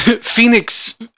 Phoenix